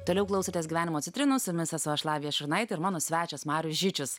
toliau klausotės gyvenimo citrinos su jumis esu aš lavija šurnaitė ir mano svečias marius žičius